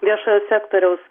viešojo sektoriaus